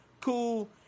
Cool